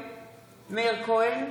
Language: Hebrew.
אינו נוכח מאיר כהן,